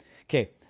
Okay